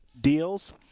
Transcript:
deals